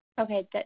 Okay